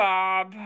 Bob